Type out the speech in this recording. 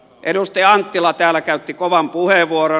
edustaja anttila täällä käytti kovan puheenvuoron